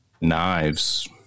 knives